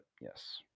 Yes